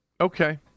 Okay